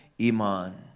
Iman